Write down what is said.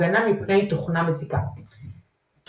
הגנה מפני תוכנה מזיקה תוכנות